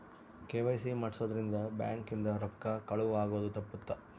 KYC ಮಾಡ್ಸೊದ್ ರಿಂದ bank ಇಂದ ರೊಕ್ಕ ಕಳುವ್ ಆಗೋದು ತಪ್ಪುತ್ತ